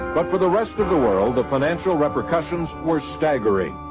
but for the rest of the world, the financial repercussions were staggering.